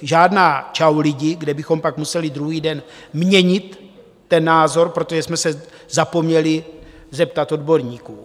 Žádná Čau lidi!, kde bychom pak museli druhý den měnit názor, protože jsme se zapomněli zeptat odborníků.